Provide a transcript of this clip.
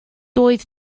doedd